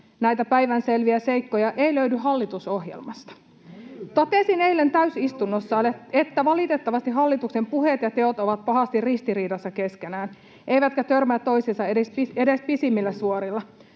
näitä päivänselviä seikkoja ei löydy hallitusohjelmasta. [Jani Mäkelä: Nehän löytyvät!] Totesin eilen täysistunnossa, että valitettavasti hallituksen puheet ja teot ovat pahasti ristiriidassa keskenään eivätkä törmää toisiinsa edes pisimmillä suorilla.